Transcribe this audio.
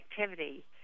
activity